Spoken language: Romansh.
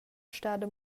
stada